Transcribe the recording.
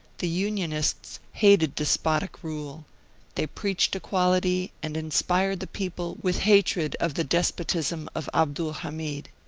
the unionists hated despotic rule they preached equality, and inspired the people with hatred of the despotism of abdul-hamid.